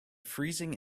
freezing